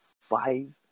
five